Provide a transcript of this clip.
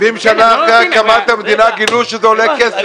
70 שנים אחרי הקמת המדינה גילו שזה עולה כסף.